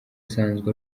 asanzwe